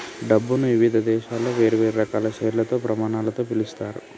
డబ్బుని ఇవిధ దేశాలలో వేర్వేరు రకాల పేర్లతో, ప్రమాణాలతో పిలుత్తారు